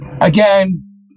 again